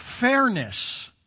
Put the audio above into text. fairness